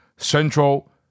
Central